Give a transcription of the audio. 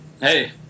hey